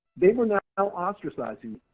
they were now ostracizing.